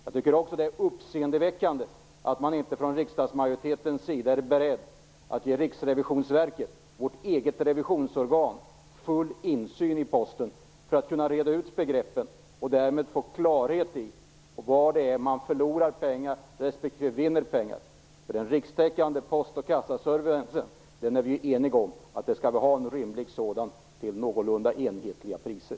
Det är också uppseendeväckande att man inte från riksdagsmajoritetens sida är beredd att ge Riksrevisionsverket - vårt eget revisionsorgan - full insyn i Posten för att kunna reda ut begreppen och därmed få klarhet i var någonstans man förlorar respektive vinner pengar. Vi är ju eniga om att vi skall ha en rimlig, rikstäckande post och kassaservice till någorlunda enhetliga priser.